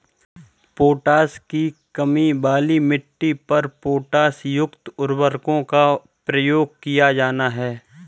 potash की कमी वाली मिट्टी पर पोटाशयुक्त उर्वरकों का प्रयोग किया जाना है